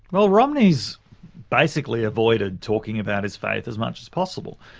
well romney's basically avoided talking about his faith as much as possible.